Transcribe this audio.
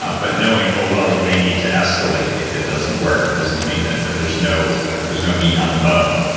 ah but knowing full well you may need to escalate if it doesn't work. it doesn't mean that that there's no there's no meat on the bone,